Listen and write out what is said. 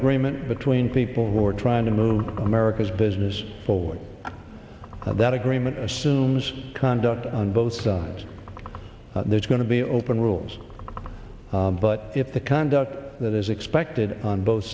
agreement between people who are trying to move america's business pulling that agreement assumes conduct on both sides there's going to be open rules but if the conduct that is expected on both